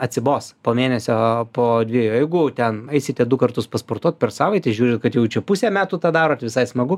atsibos po mėnesio po dviejų jeigu ten eisite du kartus pasportuot per savaitę žiūrit kad jau čia pusę metų tą darot visai smagu